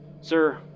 Sir